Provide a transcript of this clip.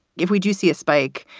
if we do see a spike,